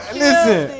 listen